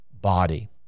Body